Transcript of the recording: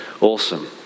awesome